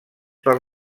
per